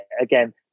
again